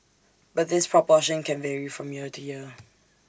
but this proportion can vary from year to year